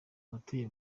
abatuye